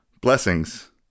blessings